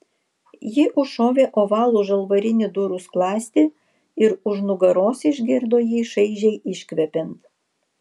ji užšovė ovalų žalvarinį durų skląstį ir už nugaros išgirdo jį šaižiai iškvepiant